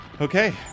Okay